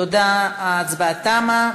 תודה, ההצבעה תמה.